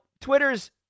Twitter's